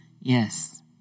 Yes